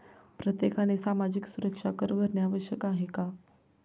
प्रत्येकाने सामाजिक सुरक्षा कर भरणे आवश्यक आहे का?